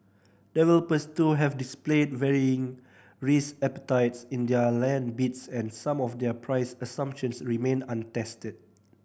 developers too have displayed varying risk appetites in their land bids and some of their price assumptions remain untested